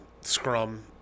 scrum